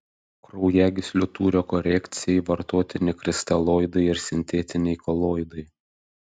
kraujagyslių tūrio korekcijai vartotini kristaloidai ir sintetiniai koloidai